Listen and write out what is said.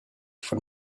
from